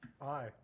Aye